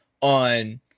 on